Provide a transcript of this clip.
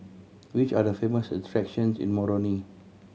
which are the famous attractions in Moroni